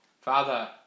Father